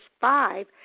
five